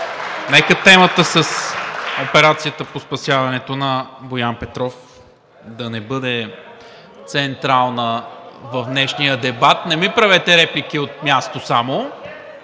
нека темата с операцията по спасяването на Боян Петров да не бъде централна в днешния дебат. (Реплики от ГЕРБ-СДС.) Не ми правете реплики от място само.